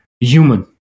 human